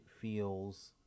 feels